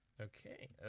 Okay